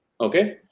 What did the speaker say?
Okay